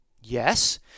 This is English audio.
Yes